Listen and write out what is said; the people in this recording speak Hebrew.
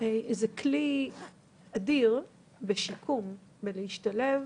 זה כלי אדיר בשיקום, בלהשתלב